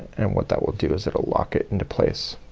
and what that will do is it'll lock it into place.